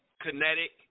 Kinetic